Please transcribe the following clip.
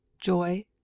joy